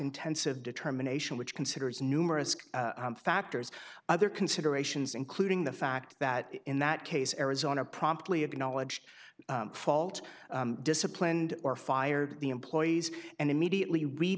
intensive determination which considers numerous factors other considerations including the fact that in that case arizona promptly acknowledged fault disciplined or fired the employees and immediately